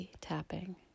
tapping